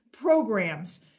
programs